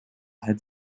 had